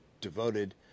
devoted